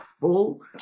full